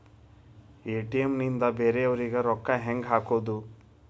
ATM ನಿಂದ ಬೇರೆಯವರಿಗೆ ರೊಕ್ಕ ಹೆಂಗ್ ಹಾಕೋದು?